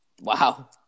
Wow